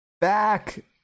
Back